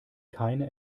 keine